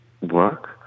work